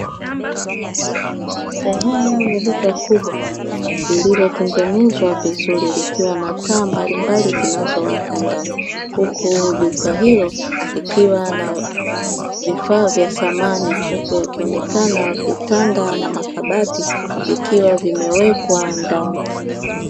Sehemu ya duka kubwa lililotengenezwa vizuri likiwa na taa mbalimbali zinazowaka ndani, huku duka hilo likiwa na vifaa vya samani huku yakionekana vitanda na makabati vikiwa vimewekwa ndani.